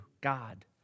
God